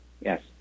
Yes